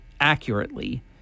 accurately